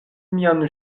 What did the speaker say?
mian